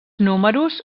números